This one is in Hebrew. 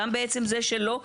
גם בעצם זה שלא,